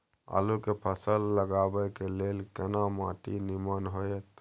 आलू के फसल लगाबय के लेल केना माटी नीमन होयत?